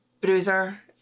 bruiser